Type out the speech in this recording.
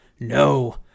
No